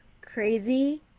crazy